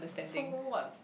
so what